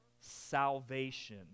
salvation